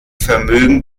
vermögen